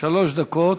חמש דקות.